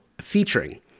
featuring